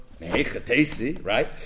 Right